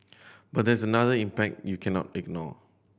but there's another impact you cannot ignore